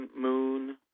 moon